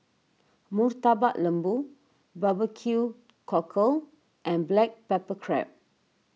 Murtabak Lembu Barbecue Cockle and Black Pepper Crab